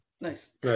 nice